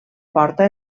porta